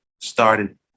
started